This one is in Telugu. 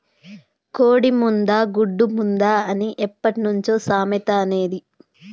కోడి ముందా, గుడ్డు ముందా అని ఎప్పట్నుంచో సామెత అనేది